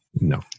No